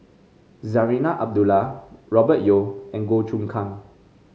Zarinah Abdullah Robert Yeo and Goh Choon Kang